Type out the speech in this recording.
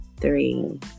three